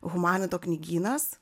humanito knygynas